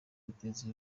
ziteza